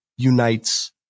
unites